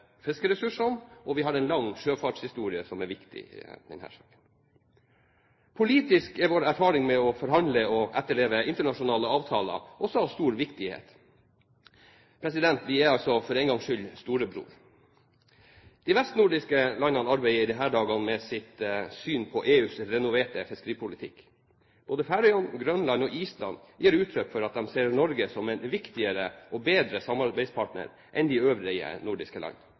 fiskeressursene, og vi har en lang sjøfartshistorie, som er viktig i denne sammenheng. Politisk er vår erfaring med å forhandle og etterleve internasjonale avtaler også av stor viktighet. Vi er altså for en gangs skyld storebror! De vestnordiske landene arbeider i disse dager med sitt syn på EUs renoverte fiskeripolitikk. Både Færøyene, Grønland og Island gir uttrykk for at de ser Norge som en viktigere og bedre samarbeidspartner enn de øvrige nordiske